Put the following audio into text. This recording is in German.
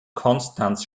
konstanz